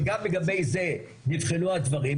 וגם לגבי זה נבחנו הדברים.